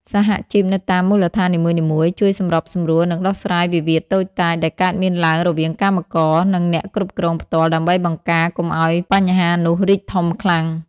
សហជីពនៅតាមមូលដ្ឋាននីមួយៗ ជួយសម្របសម្រួល និងដោះស្រាយវិវាទតូចតាចដែលកើតមានឡើងរវាងកម្មករ និងអ្នកគ្រប់គ្រងផ្ទាល់ ដើម្បីបង្ការកុំឱ្យបញ្ហានោះរីកធំខ្លាំង។